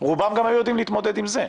רובם גם היו יודעים להתמודד עם זה.